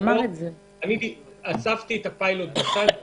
שמתי את הפיילוט בצד.